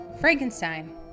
Frankenstein